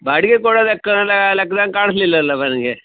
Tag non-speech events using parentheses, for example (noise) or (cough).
ಬಾಡಿಗೆ ಕೊಡೋ ಲೆಕ್ಕ (unintelligible) ಲೆಕ್ದಂಗೆ ಕಾಣಿಸ್ಲಿಲ್ಲಲ ನನಗೆ